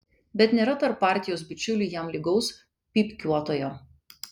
bet nėra tarp partijos bičiulių jam lygaus pypkiuotojo